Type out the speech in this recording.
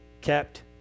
kept